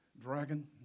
dragon